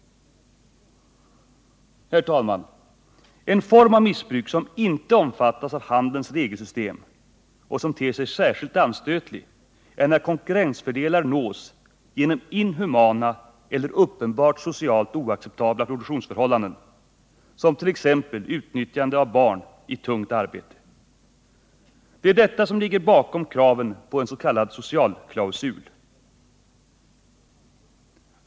Herr talman! En form av missbruk som inte omfattas av handelns regelsystem och som ter sig särskilt anstötlig är när konkurrensfördelar nås genom inhumana eller uppenbart socialt oacceptabla produktionsförhållanden, som t.ex. utnyttjande av barn i tungt arbete. Det är detta som ligger bakom kraven på en s.k. socialklausul.